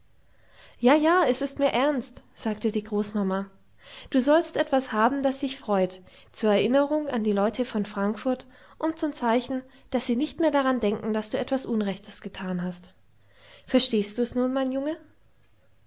ja ja es ist mir ernst sagte die großmama du sollst etwas haben das dich freut zur erinnerung an die leute von frankfurt und zum zeichen daß sie nicht mehr daran denken daß du etwas unrechtes getan hast verstehst du's nun junge